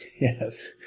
Yes